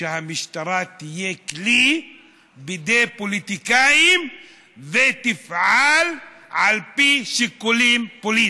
שהמשטרה תהיה כלי בידי פוליטיקאים ותפעל על פי שיקולים פוליטיים.